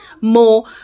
more